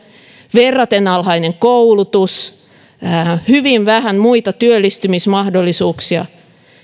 verraten alhainen koulutus ja hyvin vähän muita työllistymismahdollisuuksia